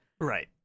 Right